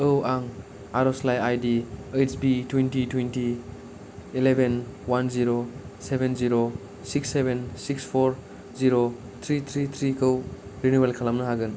औ आं आरजलाइ आई डी ओइस भि twenty twenty eleven one zero seven zero six seven six four zero three three three खौ रिनिउवेल खालामनो हागोन